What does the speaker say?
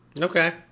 Okay